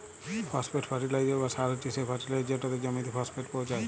phosphate fertiliser বা সার হছে সে ফার্টিলাইজার যেটতে জমিতে ফসফেট পোঁছায়